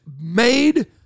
made